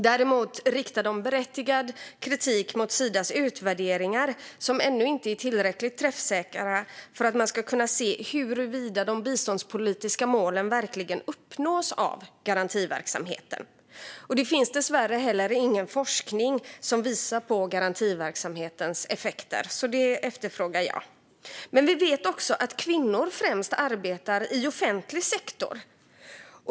Däremot riktar den berättigad kritik mot Sidas utvärderingar som ännu inte är tillräckligt träffsäkra för att man ska kunna se huruvida de biståndspolitiska målen verkligen uppnås av garantiverksamheten. Det finns dessvärre heller ingen forskning som visar på garantiverksamhetens effekter. Det efterfrågar jag. Vi vet också att kvinnor främst arbetar i offentlig sektor.